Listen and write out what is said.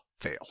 fail